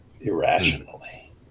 irrationally